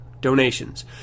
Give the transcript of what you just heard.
donations